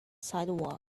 sidewalk